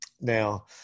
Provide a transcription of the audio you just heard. Now